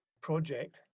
project